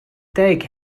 deg